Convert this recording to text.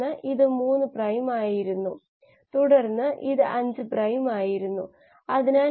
എന്നിട്ട് ഈ branch point ഉണ്ട് അത് പ്രധാനമാണ്